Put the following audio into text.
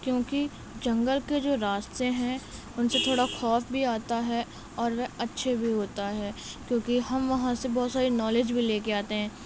کیوں کہ جنگل کے جو راستے ہیں ان سے تھوڑا خوف بھی آتا ہے اور وہ اچھے بھی ہوتا ہے کیوں کہ ہم وہاں سے بہت ساری نالج بھی لے کے آتے ہیں